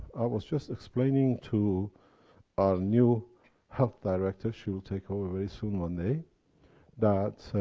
was just explaining to our new health director. she will take over very soon, monday, that